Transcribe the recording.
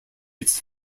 its